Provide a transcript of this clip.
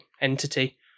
entity